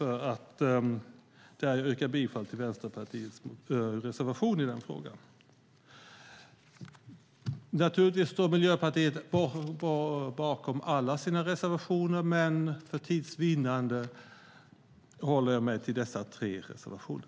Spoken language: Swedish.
Miljöpartiet står naturligtvis bakom alla sina reservationer, men för tids vinnande håller jag mig till tre reservationer.